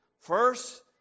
First